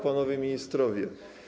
Panowie Ministrowie!